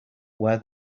where